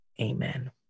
amen